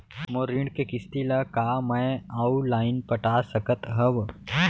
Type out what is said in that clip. मोर ऋण के किसती ला का मैं अऊ लाइन पटा सकत हव?